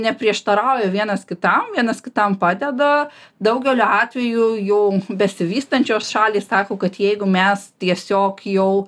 neprieštarauja vienas kitam vienas kitam padeda daugeliu atvejų jau besivystančios šalys sako kad jeigu mes tiesiog jau